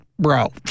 Bro